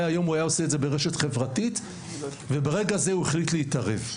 ברגע זה הוא החליט להתערב.